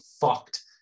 fucked